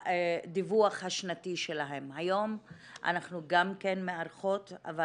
בדיווח השנתי שלהם היום אנחנו גם כן מארחות אבל